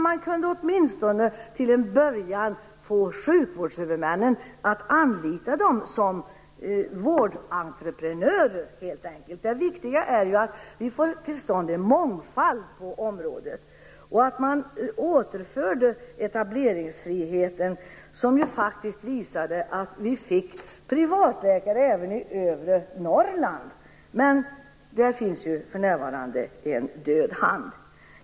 Man kunde åtminstone till en början få sjukvårdshuvudmännen att anlita dem som vårdentreprenörer helt enkelt. Det viktiga är att vi får till stånd en mångfald på området och återför etableringsfriheten, som ju visade att det gick att få privatläkare även i övre Norrland. Men där finns för närvarande en död hand.